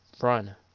run